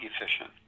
efficient